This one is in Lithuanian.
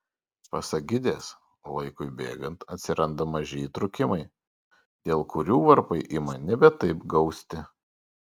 pasak gidės laikui bėgant atsiranda maži įtrūkimai dėl kurių varpai ima nebe taip gausti